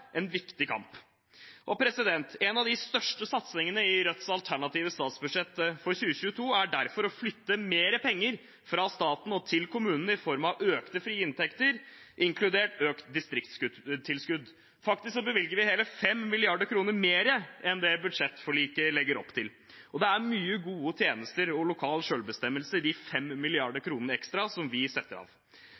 en viktig kamp. En av de største satsingene i Rødts alternative statsbudsjett for 2022 er derfor å flytte mer penger fra staten til kommunene i form av økte, frie inntekter, inkludert økt distriktstilskudd. Faktisk bevilger vi hele 5 mrd. kr mer enn det budsjettforliket legger opp til. Og det er mange gode tjenester og lokal selvbestemmelse i de 5 mrd. kr ekstra som vi setter av.